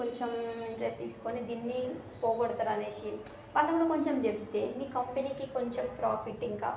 కొంచెం ఇంట్రెస్ట్ తీసుకొని దీన్ని పోగోడతరు అనేసి వాళ్ళకు కూడా కొంచెం చెబితే మీ కంపెనీకి కొంచెం ప్రాఫిట్ ఇంకా